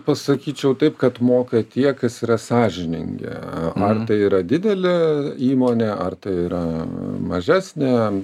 pasakyčiau taip kad moka tie kas yra sąžiningi man tai yra didelė įmonė ar tai yra mažesnė